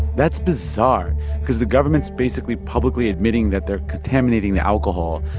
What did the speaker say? that's bizarre because the government's basically publicly admitting that they're contaminating the alcohol,